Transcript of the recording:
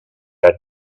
had